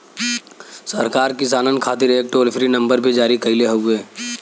सरकार किसानन खातिर एक टोल फ्री नंबर भी जारी कईले हउवे